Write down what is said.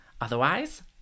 Otherwise